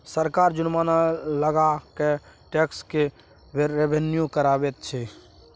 सरकार जुर्माना लगा कय टैक्स सँ रेवेन्यू कमाबैत छै